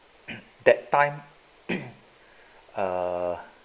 that time uh